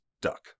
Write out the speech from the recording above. duck